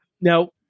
Now